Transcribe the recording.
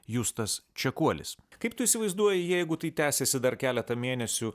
justas čekuolis kaip tu įsivaizduoji jeigu tai tęsiasi dar keletą mėnesių